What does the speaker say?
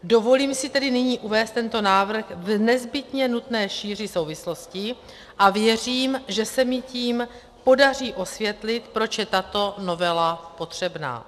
Dovolím si tedy nyní uvést tento návrh v nezbytně nutné šíři souvislostí a věřím, že se mi tím podaří osvětlit, proč je tato novela potřebná.